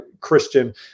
Christian